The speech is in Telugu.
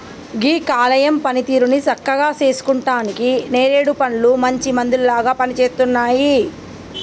గీ కాలేయం పనితీరుని సక్కగా సేసుకుంటానికి నేరేడు పండ్లు మంచి మందులాగా పనిసేస్తున్నాయి